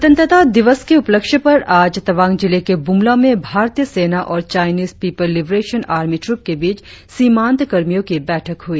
स्वतंत्रता दिवस के उपलक्ष्य पर आज तवांग जिले के बुमला में भारतीय सेना और Chinese people liberation army troop के बीच सीमांत कर्मियों की बैठक हुई